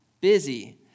busy